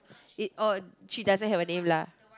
it oh she doesn't have a name lah